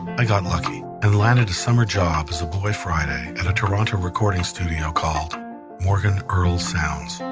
i got lucky and landed a summer job as a boy friday at a toronto recording studio called morgan earl sounds.